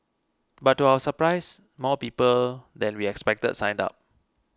but to our surprise more people than we expected signed up